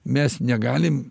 mes negalim